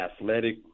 athletic